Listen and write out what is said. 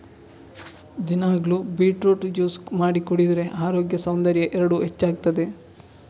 ದಿನಾಗ್ಲೂ beetroot juice ಮಾಡಿ ಕುಡಿದ್ರೆ ಅರೋಗ್ಯ ಸೌಂದರ್ಯ ಎರಡೂ ಹೆಚ್ಚಾಗ್ತದೆ